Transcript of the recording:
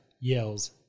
yells